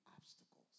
obstacles